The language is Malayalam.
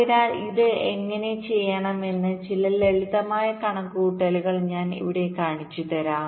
അതിനാൽ ഇത് എങ്ങനെ ചെയ്യാമെന്ന് ചില ലളിതമായ കണക്കുകൂട്ടലുകൾ ഞാൻ ഇവിടെ കാണിച്ചുതരാം